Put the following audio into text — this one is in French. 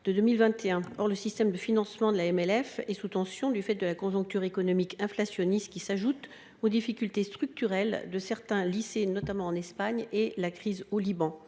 Or le système de financement de la MLF est sous tension du fait de la conjoncture économique inflationniste, qui s’ajoute aux difficultés structurelles de certains lycées, notamment en Espagne, et à la crise au Liban.